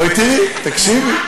בואי תראי, תקשיבי.